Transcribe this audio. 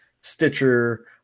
Stitcher